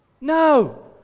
No